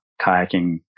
kayaking